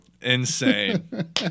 Insane